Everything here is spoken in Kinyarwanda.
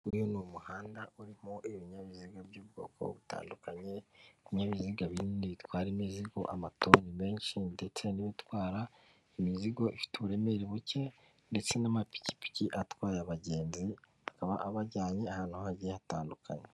Uyu ni umuhanda urimo ibinyabiziga by'ubwoko butandukanye, ibinyabiziga binini bitwara imizigo amatoni menshi ndetse n'ibitwara imizigo ifite uburemere buke ndetse n'amapiki atwaye abagenzi, akaba abajyanye ahantu hagiye hatandukanye.